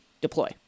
deploy